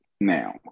now